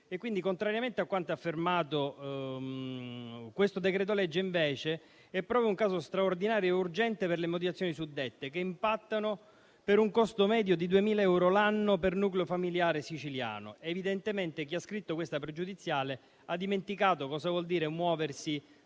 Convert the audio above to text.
offre. Contrariamente a quanto affermato, il decreto-legge è proprio un caso straordinario e urgente per le motivazioni suddette, che impattano per un costo medio di 2.000 euro l'anno per nucleo familiare siciliano. Evidentemente, chi ha scritto questa pregiudiziale ha dimenticato cosa voglia dire muoversi